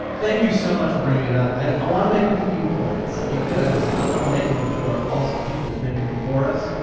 like thank you so much for bringing it up, i wanna make a few points because i wanna make em before people make em before us.